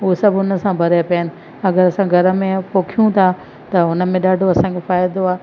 उहे सभु उनसां भरिया पिया आहिनि अगरि असां घर में पोखियूं था त उनमें ॾाढो असांखे फ़ाइदो आहे